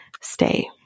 stay